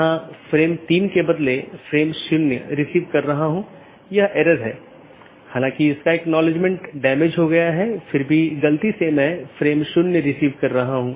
यहां R4 एक स्रोत है और गंतव्य नेटवर्क N1 है इसके आलावा AS3 AS2 और AS1 है और फिर अगला राउटर 3 है